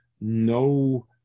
no